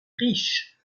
riches